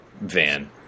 van